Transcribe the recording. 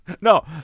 No